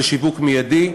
לשיווק מיידי.